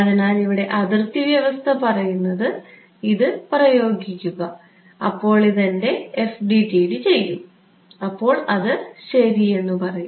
അതിനാൽ ഇവിടെ അതിർത്തി വ്യവസ്ഥ പറയുന്നത് ഇത് പ്രയോഗിക്കുക അപ്പോൾ ഇത് എന്റെ FDTD ചെയ്യും അപ്പോൾ അത് ശരി എന്ന് പറയും